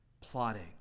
plotting